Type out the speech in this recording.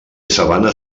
sabana